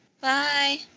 Bye